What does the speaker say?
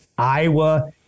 Iowa